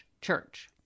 church